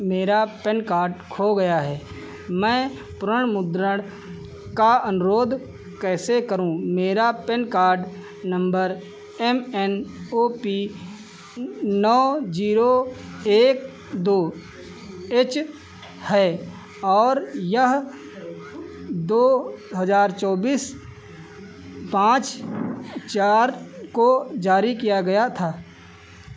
मेरा PAN card खो गया है मैं पुनर्मुद्रण का अनुरोध कैसे करूं मेरा PAN card number M N O P नौ जीरो एक दो एच है और यह दो हजार चौबीस पांच चार को जारी किया गया था